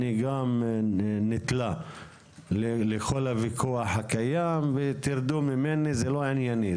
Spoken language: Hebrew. אני גם נתלה לכל הוויכוח הקיים ותרדו ממני זה לא ענייני,